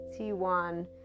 T1